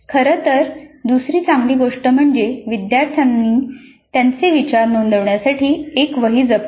खरं तर दुसरी चांगली गोष्ट म्हणजे विद्यार्थ्यांनी त्यांचे विचार नोंदवण्यासाठी एक वही ठेवणे